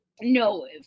no